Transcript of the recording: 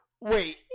Wait